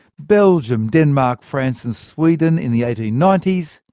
belgium, denmark, france and sweden in the eighteen ninety s,